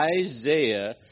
Isaiah